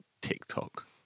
TikTok